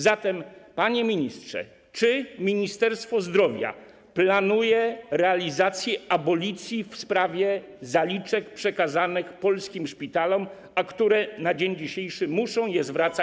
Zatem, panie ministrze, czy Ministerstwo Zdrowia planuje realizację abolicji w sprawie zaliczek przekazanych polskim szpitalom, które na dzień dzisiejszy muszą je zwracać.